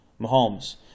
Mahomes